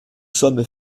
sommes